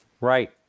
Right